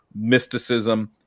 mysticism